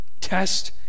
test